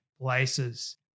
places